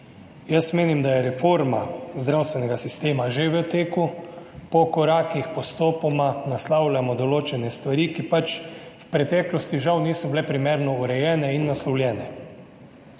Jaz menim, da je reforma zdravstvenega sistema že v teku. Po korakih postopoma naslavljamo določene stvari, ki pač v preteklosti žal niso bile primerno urejene in naslovljene.